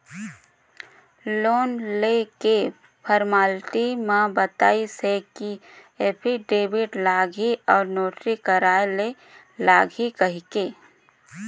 loan लेके formality म बताइस हे कि एफीडेबिड लागही अउ नोटरी कराय ले लागही कहिके